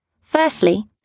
Firstly